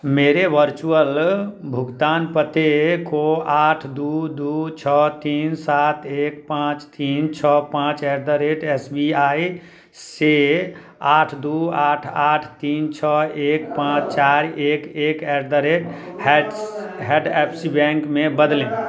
मेरे वर्चुअल भुगतान पते को आठ दो दो छः तीन सात एक पाँच तीन छः पाँच at the rate S B I से आठ दो आठ आठ तीन छः एक पाँच चार एक एक एट द रेट हैट्स हैट एफ सी बैंक में बदलें